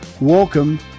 Welcome